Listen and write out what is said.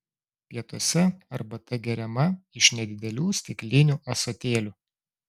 pietuose arbata geriama iš nedidelių stiklinių ąsotėlių